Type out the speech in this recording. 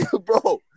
bro